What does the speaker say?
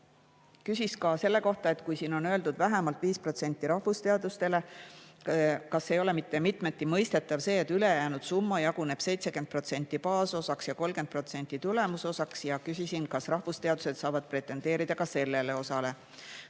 küsisin ka selle kohta, et kui siin on öeldud "vähemalt 5% rahvusteadustele", kas siis ei ole mitte mitmeti mõistetav see, et ülejäänud summa jaguneb 70% baasosaks ja 30% tulemusosaks, ja kas rahvusteadused saavad pretendeerida ka sellele osale.